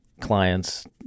clients